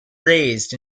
raised